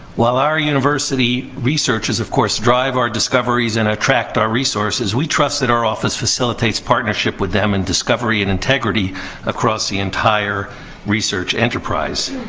while our university researchers, of course, drive our discoveries and attract our resources, we trust that our office facilitates partnership with them in discovery and integrity across the entire research enterprise.